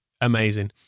amazing